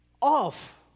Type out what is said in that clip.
off